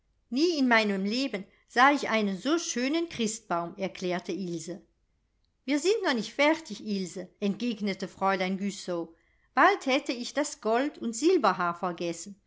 nie in meinem leben sah ich einen so schönen christbaum erklärte ilse wir sind noch nicht fertig ilse entgegnete fräulein güssow bald hätte ich das gold und silberhaar vergessen